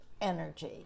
energy